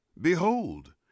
behold